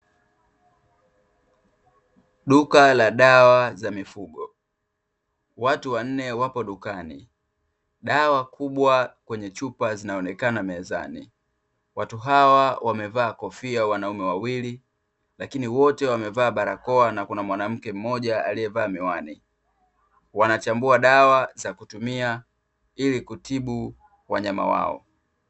Duka la dawa za mifugo. Watu wanne wapo dukani. Dawa kubwa kwenye chupa zinaonekana mezani. Watu hawa wamevaa kofia, wanaume wawili, lakini wote wamevaa barakoa, na kuna mwanamke mmoja aliyevaa miwani. Wanachambua dawa za kutumia ili kutibu wanyama wao.